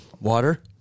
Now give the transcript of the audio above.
Water